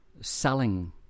Selling